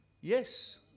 Yes